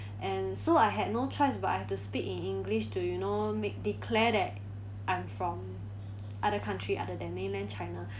and so I had no choice but I have to speak in english to you know make declare that I'm from other country other than mainland china